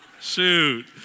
Shoot